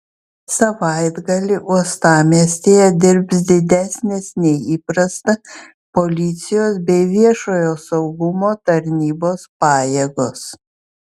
savaitgalį uostamiestyje dirbs didesnės nei įprasta policijos bei viešojo saugumo tarnybos pajėgos